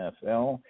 fl